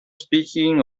speaking